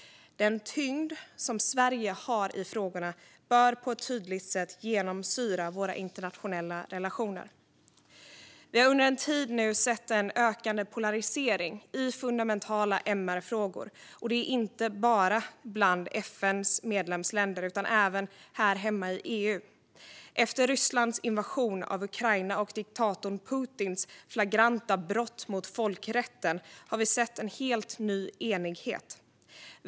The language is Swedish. Den tyngd som Sverige har i frågorna bör på ett tydligt sätt genomsyra våra internationella relationer. Vi har nu under en tid sett en ökande polarisering i fundamentala MR-frågor, och det inte bara bland FN:s medlemsländer utan även här hemma i EU. Efter Rysslands invasion av Ukraina och diktatorn Putins flagranta brott mot folkrätten har vi sett en helt ny enighet.